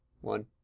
One